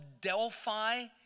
Delphi